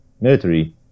military